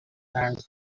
and